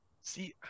see